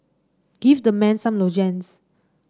give the man some lozenges